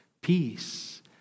peace